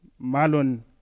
Malon